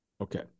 Okay